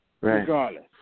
regardless